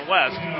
West